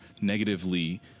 negatively